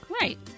Right